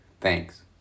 Thanks